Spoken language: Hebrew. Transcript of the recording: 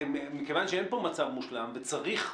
מכיוון שאין פה מצב מושלם וצריך,